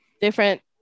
different